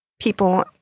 people